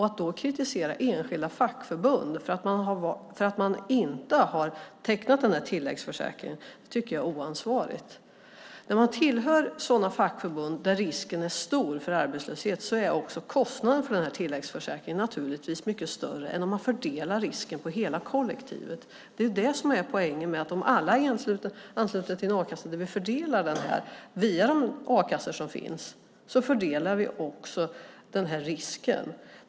Att då kritisera enskilda fackförbund för att de inte har tecknat tilläggsförsäkring tycker jag är oansvarigt. När man tillhör fackförbund där risken för arbetslöshet är stor är också kostnaden för tilläggsförsäkringen naturligtvis mycket större än om man fördelar risken på hela kollektivet. Det är det som är poängen med att alla är anslutna till en a-kassa där man fördelar risken via de a-kassor som finns.